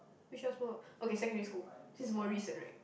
which are small okay secondary school since more recent right